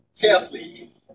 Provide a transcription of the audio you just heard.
carefully